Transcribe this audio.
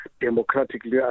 democratically